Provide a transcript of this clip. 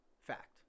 Fact